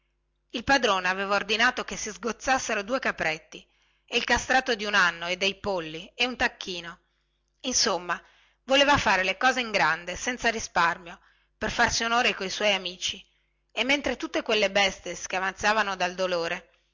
il padrone aveva ordinato che si sgozzassero due capretti e il castrato di un anno e dei polli e un tacchino insomma voleva fare le cose in grande e senza risparmio per farsi onore coi suoi amici e mentre tutte quelle bestie schiamazzavano dal dolore